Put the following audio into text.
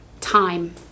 time